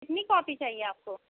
कितनी कॉपी चाहिए आपको